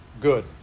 good